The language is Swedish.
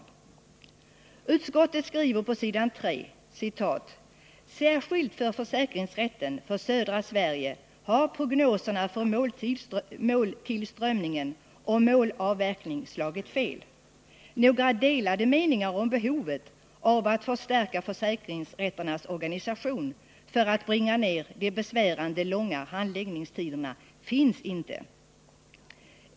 Utskottet skriver på s. 3: ”Särskilt för försäkringsrätten för södra Sverige har prognoserna för måltillströmning och målavverkning slagit fel. Några delade meningar om behovet av att förstärka försäkringsrätternas organisation för att bringa ner de besvärande långa handläggningstiderna finns inte.